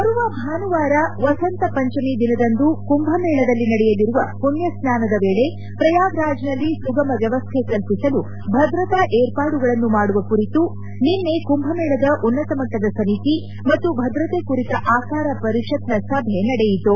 ಬರುವ ಭಾನುವಾರ ವಸಂತ ಪಂಚಮಿ ದಿನದಂದು ಕುಂಭಮೇಳದಲ್ಲಿ ನಡೆಯಲಿರುವ ಪುಣ್ಯಸ್ನಾನದ ವೇಳಿ ಪ್ರಯಾಗ್ರಾಜ್ನಲ್ಲಿ ಸುಗಮ ವ್ಯವಸ್ತೆ ಕಲ್ಲಿಸಲು ಭದ್ರತಾ ಏರ್ಪಾಡುಗಳನ್ನು ಮಾಡುವ ಕುರಿತು ನಿನ್ನೆ ಕುಂಭಮೇಳದ ಉನ್ನತಮಟ್ಟದ ಸಮಿತಿ ಮತ್ತು ಭದ್ರತೆ ಕುರಿತ ಆಕಾರ ಪರಿಷತ್ನ ಸಭೆ ನಡೆಯಿತು